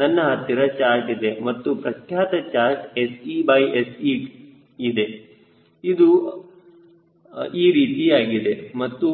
ನನ್ನ ಹತ್ತಿರ ಚಾರ್ಟ್ ಇದೆ ತುಂಬಾ ಪ್ರಖ್ಯಾತ ಚಾರ್ಟ್ SeSt ಇದೆ ಮತ್ತು ಅದು ಈ ರೀತಿಯಾಗಿದೆ ಮತ್ತು